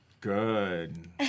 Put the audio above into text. Good